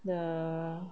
the